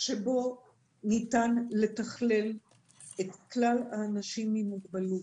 שבו ניתן לתכלל את כלל האנשים עם מוגבלות.